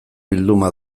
bilduma